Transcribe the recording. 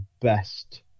best